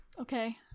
okay